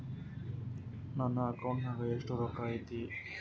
ನನ್ನ ಅಕೌಂಟ್ ನಾಗ ಎಷ್ಟು ರೊಕ್ಕ ಐತಿ?